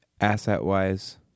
asset-wise